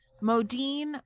Modine